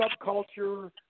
subculture